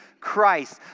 Christ